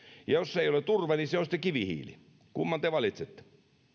jos se ei ole turve niin se on sitten kivihiili kumman te valitsette